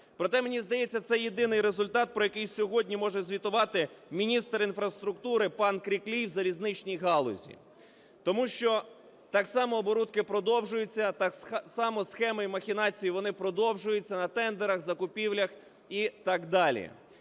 Проте мені здається, це єдиний результат, про який сьогодні може звітувати міністр інфраструктури пан Криклій в залізничній галузі. Тому що так само оборудки продовжуються, так само схеми і махінації, вони продовжуються на тендерах, закупівлях і так далі.